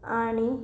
आणि